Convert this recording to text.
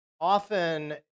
often